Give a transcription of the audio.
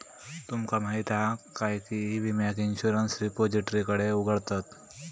तुमका माहीत हा काय की ई विम्याक इंश्युरंस रिपोजिटरीकडे उघडतत